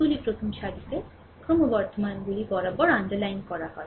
এগুলি প্রথম সারিতে ক্রমবর্ধমানগুলি বরাবর আন্ডারলাইন করা হয়